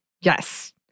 Yes